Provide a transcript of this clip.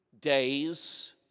days